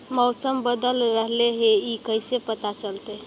मौसम बदल रहले हे इ कैसे पता चलतै?